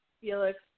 Felix